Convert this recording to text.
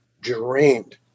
drained